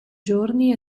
giorni